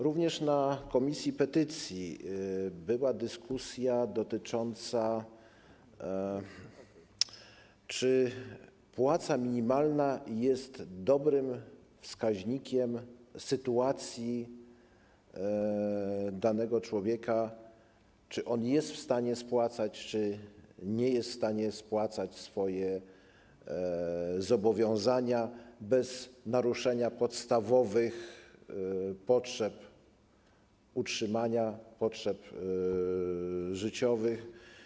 Również na posiedzeniu komisji petycji była dyskusja dotycząca tego, czy płaca minimalna jest dobrym wskaźnikiem dotyczącym sytuacji danego człowieka, czy jest on w stanie spłacać, czy nie jest w stanie spłacać swojego zobowiązania bez naruszenia podstawowych potrzeb utrzymania, potrzeb życiowych.